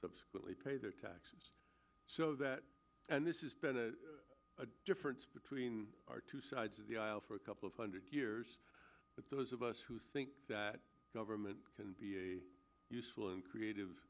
subsequently pay their taxes so that and this is a difference between our two sides of the aisle for a couple of hundred years but those of us who think that government can be useful and creative